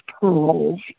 pearls